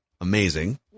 Amazing